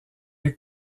est